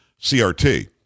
CRT